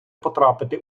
потрапити